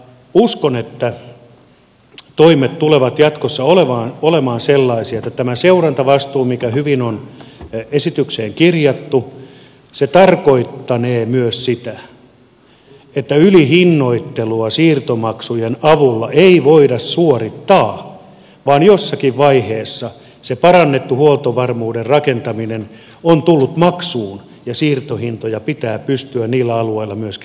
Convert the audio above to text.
uskon että toimet tulevat jatkossa olemaan sellaisia että tämä seurantavastuu mikä hyvin on esitykseen kirjattu tarkoittanee myös sitä että ylihinnoittelua siirtomaksujen avulla ei voida suorittaa vaan jossakin vaiheessa se parannettu huoltovarmuuden rakentaminen on tullut maksuun ja siirtohintoja pitää pystyä niillä alueilla myöskin laskemaan